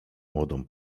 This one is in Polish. młodą